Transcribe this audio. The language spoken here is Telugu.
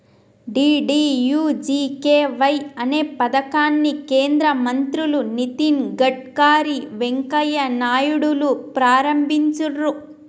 డీ.డీ.యూ.జీ.కే.వై అనే పథకాన్ని కేంద్ర మంత్రులు నితిన్ గడ్కరీ, వెంకయ్య నాయుడులు ప్రారంభించిర్రు